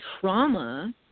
trauma